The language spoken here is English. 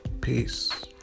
Peace